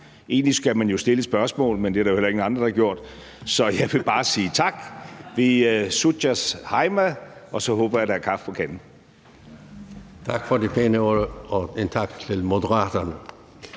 Egentlig skal man jo stille et spørgsmål, men det er der jo heller ingen andre der har gjort, så jeg vil bare sige tak. Vit síggjast heima, og så håber jeg, at der er kaffe på kanden! Kl. 20:58 Edmund Joensen (SP) : Tak for de pæne ord, og en tak til Moderaterne.